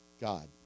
God